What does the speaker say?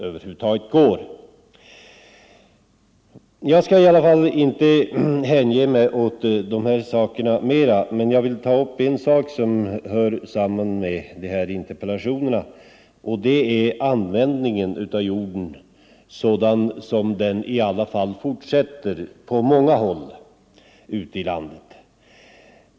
jordbrukspoli Jag skall inte mera hänge mig åt de här sakerna, men jag vill ta upp = tiken en fråga som hör samman med de interpellationer jordbruksministern besvarat i dag, nämligen användningen av jordbruksmark för bebyggelseändamål, vilken trots allt fortsätter på många håll ute i landet.